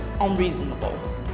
unreasonable